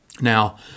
Now